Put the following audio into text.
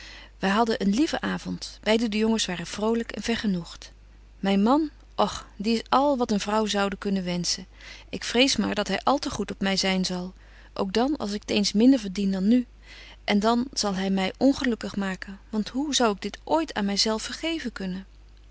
wy hadden een lieven avond beide de jongens waren vrolyk en vergenoegt myn man och die is al wat een vrouw zoude kunnen wenschen ik vrees maar dat hy al te goed op my zyn zal ook dan als ik t eens minder verdien dan nu en dan zal hy my onbetje wolff en aagje deken historie van mejuffrouw sara burgerhart gelukkig maken want hoe zou ik dit ooit aan my zelf vergeven kunnen